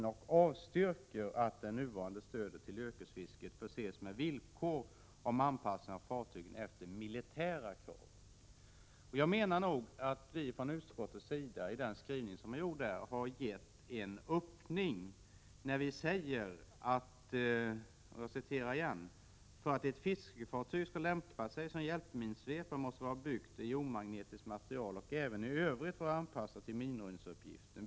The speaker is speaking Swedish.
Utskottet avstyrker ——— att det nuvarande stödet till yrkesfisket förses med villkor om anpassning av fartygen efter militära krav.” Jag menar att försvarsutskottet i sin skrivning har gett en öppning när man säger: ”För att ett fiskefartyg skall lämpa sig som hjälpminsvepare måste det vara byggt av omagnetiskt material och även i övrigt vara anpassat till minröjningsuppgiften.